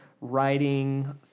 writing